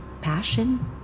Passion